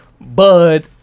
Bud